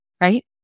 right